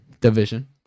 division